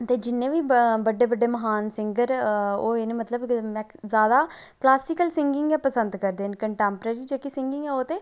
क्यों कि जिन्ने बी बड्डे बड्डे महान सिंगर होए न मतलब ज्यादा क्लासीकल सिंगिंग के पसंद करदे न कन्टेम्पररी जेह्की सिंगिंग ऐ